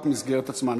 רק מסגרת הזמן.